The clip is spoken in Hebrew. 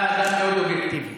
אתה אדם מאוד אובייקטיבי.